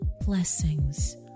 Blessings